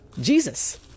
Jesus